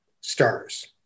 stars